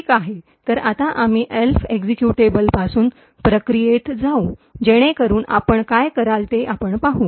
ठीक आहे तर आता आम्ही एल्फ एक्झिक्युटेबलपासून प्रक्रियेत जाऊ जेणेकरुन आपण काय कराल ते आपण पाहू